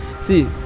see